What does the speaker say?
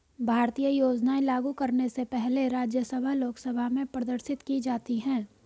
भारतीय योजनाएं लागू करने से पहले राज्यसभा लोकसभा में प्रदर्शित की जाती है